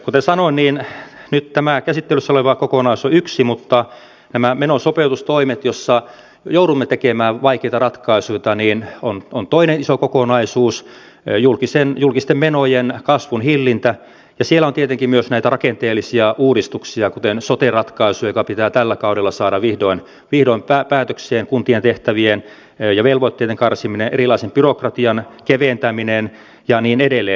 kuten sanoin nyt tämä käsittelyssä oleva kokonaisuus on yksi mutta nämä menosopeutustoimet joissa joudumme tekemään vaikeita ratkaisuja ovat toinen iso kokonaisuus julkisten menojen kasvun hillintä ja siellä on tietenkin myös näitä rakenteellisia uudistuksia kuten sote ratkaisu joka pitää tällä kaudella saada vihdoin päätökseen kuntien tehtävien ja velvoitteiden karsiminen erilaisen byrokratian keventäminen ja niin edelleen